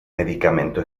medicamento